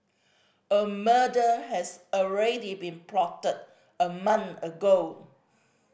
a murder has already been plotted a month ago